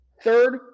Third